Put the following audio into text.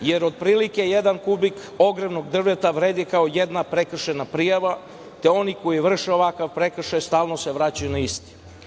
jer otprilike jedan kubik ogrevnog drveta vredi kao jedna prekršajna prijava te oni koji vrše ovakav prekršaj stalno se vraćaju na isti. Da